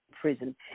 prison